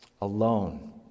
alone